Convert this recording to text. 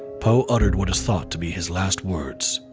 poe uttered what is thought to be his last words.